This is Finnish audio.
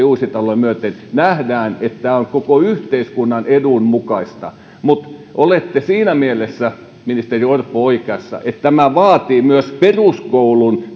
uusitaloa myöten nähdään että tämä on koko yhteiskunnan edun mukaista mutta olette siinä mielessä ministeri orpo oikeassa että tämä vaatii myös peruskoulun